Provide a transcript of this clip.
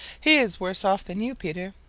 he is worse off than you, peter,